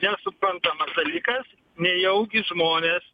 nesuprantamas dalykas nejaugi žmonės